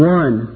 one